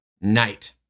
night